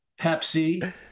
Pepsi